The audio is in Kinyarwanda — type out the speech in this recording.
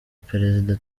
perezida